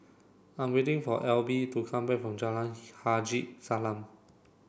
I'm waiting for Elby to come back from Jalan Haji Salam